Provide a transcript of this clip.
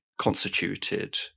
constituted